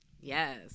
Yes